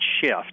shift